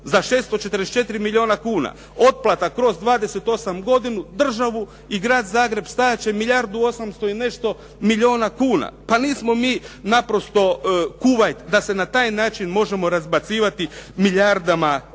za 644 milijuna kuna. Otplata kroz 28 godina državu i grad Zagreb stajat će milijardu 800 i nešto milijuna kuna. Pa nismo mi naprosto Kuvajt da se na taj način možemo razbacivati milijardama kuna.